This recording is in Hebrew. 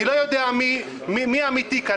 אני לא יודע מי האמיתי כאן,